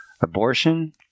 abortion